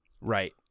Right